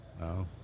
No